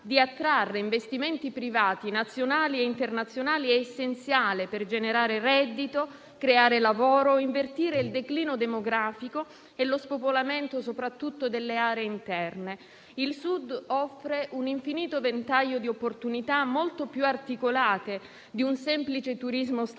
di attrarre investimenti privati nazionali e internazionali, è essenziale per generare reddito, creare lavoro, invertire il declino demografico e lo spopolamento, soprattutto delle aree interne. Il Sud offre un infinito ventaglio di opportunità, molto più articolate di un semplice turismo stagionale,